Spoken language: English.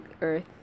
earth